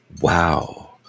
wow